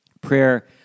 Prayer